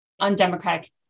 undemocratic